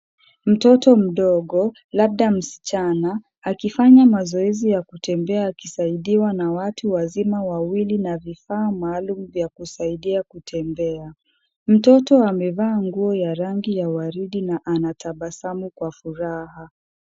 Mtoto mdogo, labda msichana, akifanya mazoezi ya kutembea, akisaidiwa na watu wazima wawili, na vifaa maalum vya kusaidia kutembea. Mtoto amevaa nguo ya rangi ya waridi na anatabasamu kwa furaha.